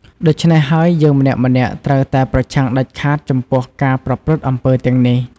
ដូចច្នេះហើយយើងម្នាក់ៗត្រូវតែប្រឆាំងដាច់ខាតចំពោះការប្រព្រឹត្ដិអំពើរទាំងនេះ។